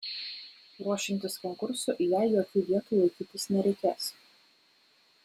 ruošiantis konkursui jai jokių dietų laikytis nereikės